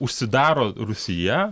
užsidaro rūsyje